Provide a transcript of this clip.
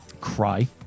Cry